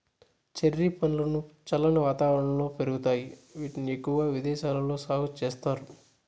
cherry పండ్లు చల్లని వాతావరణంలో పెరుగుతాయి, వీటిని ఎక్కువగా విదేశాలలో సాగు చేస్తారు